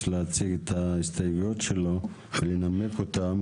להציג את ההסתייגויות שלו ולנמק אותן,